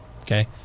Okay